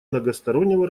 многостороннего